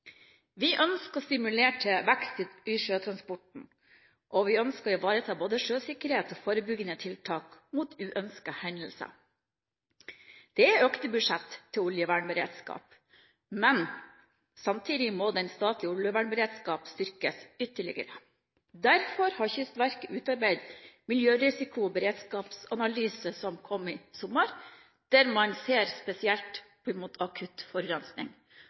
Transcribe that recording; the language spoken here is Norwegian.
Vi ønsker å stimulere til vekst i sjøtransporten, og vi ønsker å ivareta både sjøsikkerhet og forebyggende tiltak mot uønskede hendelser. Det er økte budsjett til oljevernberedskap, men samtidig må den statlige oljevernberedskapen styrkes ytterligere. Derfor har Kystverket utarbeidet en miljørisiko- og beredskapsanalyse, som kom i sommer, der man ser spesielt på akutt forurensning.